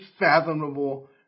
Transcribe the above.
unfathomable